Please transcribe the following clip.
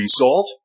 result